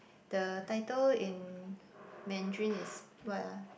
the title in Mandarin is what ah